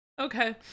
Okay